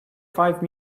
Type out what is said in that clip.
five